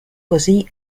così